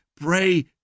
pray